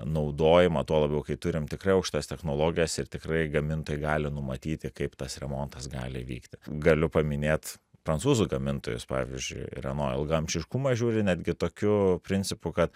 naudojimą tuo labiau kai turim tikrai aukštas technologijas ir tikrai gamintojai gali numatyti kaip tas remontas gali įvykti galiu paminėt prancūzų gamintojus pavyzdžiui reno į ilgaamžiškumą žiūri netgi tokiu principu kad